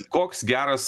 koks geras